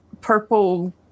purple